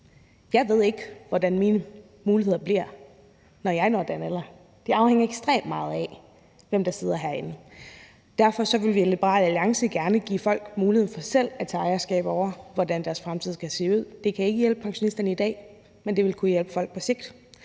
Jeg ved ikke, hvordan mine muligheder bliver, når jeg når den alder. Det afhænger ekstremt meget af, hvem der sidder herinde. Derfor vil vi i Liberal Alliance gerne give folk muligheden for selv at tage ejerskab over, hvordan deres fremtid skal se ud. Det kan ikke hjælpe pensionisterne i dag, men det vil kunne hjælpe folk på sigt,